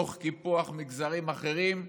תוך קיפוח מגזרים אחרים,